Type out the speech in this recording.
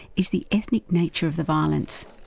is the ethnic nature of the violence.